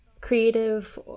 creative